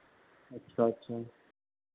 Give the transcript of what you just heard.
अच्छा अच्छा